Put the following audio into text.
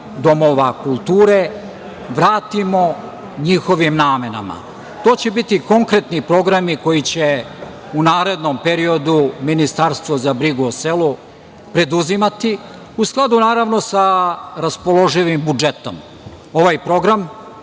domova kulture vratimo njihovim namenama. To će biti konkretni programi koji će u narednom periodu Ministarstvo za brigu o selu preduzimati u skladu sa raspoloživim budžetom. Ovaj program